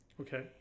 Okay